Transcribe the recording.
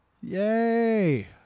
Yay